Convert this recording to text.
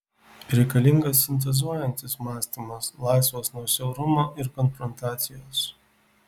reikalingas sintezuojantis mąstymas laisvas nuo siaurumo ir konfrontacijos